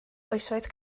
oesoedd